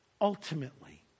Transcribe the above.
ultimately